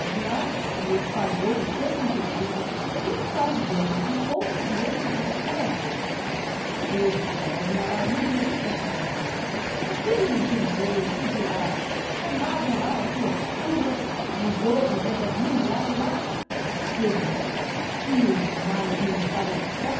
no ar e espalhou o seu conteúdo pintalgando de pontos negros os coradouros fez-se logo um alarido entre as lavadeiras aquilo não tinha jeito que diabo armavam lá as suas turras e os outros é que haviam de aturar sebo que os mais não estavam